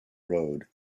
road